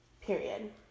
Period